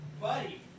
Buddy